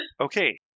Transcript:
Okay